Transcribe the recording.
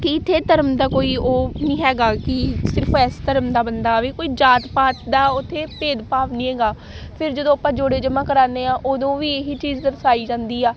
ਕਿ ਇੱਥੇ ਧਰਮ ਦਾ ਕੋਈ ਉਹ ਨਹੀਂ ਹੈਗਾ ਕਿ ਸਿਰਫ਼ ਇਸ ਧਰਮ ਦਾ ਬੰਦਾ ਆਵੇ ਕੋਈ ਜਾਤ ਪਾਤ ਦਾ ਉੱਥੇ ਭੇਦ ਭਾਵ ਨਹੀਂ ਹੈਗਾ ਫਿਰ ਜਦੋਂ ਆਪਾਂ ਜੌੜੇ ਜਮ੍ਹਾ ਕਰਾਉਂਦੇ ਹਾਂ ਉਦੋਂ ਵੀ ਇਹੀ ਚੀਜ਼ ਦਰਸਾਈ ਜਾਂਦੀ ਆ